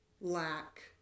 lack